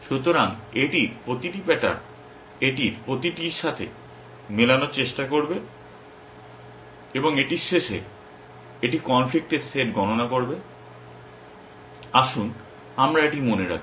সুতরাং এটির প্রতিটি প্যাটার্ন এটি প্রতিটির সাথে মেলানোর চেষ্টা করবে এবং এটির শেষে এটি কনফ্লিক্টের সেট গণনা করবে আসুন আমরা এটি মনে রাখি